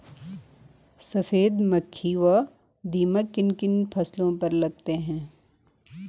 सफेद मक्खी व दीमक किन किन फसलों पर लगते हैं?